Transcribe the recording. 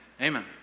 Amen